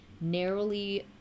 narrowly